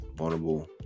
Vulnerable